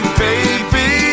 baby